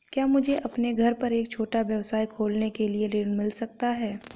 क्या मुझे अपने घर पर एक छोटा व्यवसाय खोलने के लिए ऋण मिल सकता है?